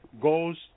goes